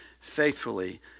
faithfully